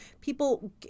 People